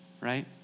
right